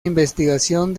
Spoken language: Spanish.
investigación